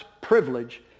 privilege